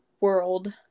world